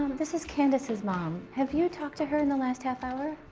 this is candace's mom. have you talked to her in the last half hour? ah,